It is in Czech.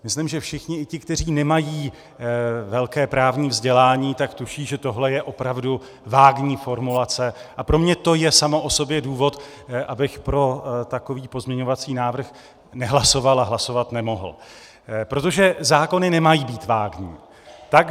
Myslím, že všichni, i ti, kteří nemají velké právní vzdělání, tak tuší, že tohle je opravdu vágní formulace, a pro mě to je samo o sobě důvod, abych pro takový pozměňovací návrh nehlasoval a hlasovat nemohl, protože zákony nemají být vágní.